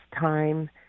time